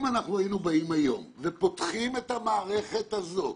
אם היינו פותחים את המערכת הזאת